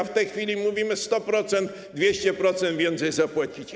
A w tej chwili mówmy: 100%, 200% więcej zapłacicie.